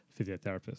physiotherapist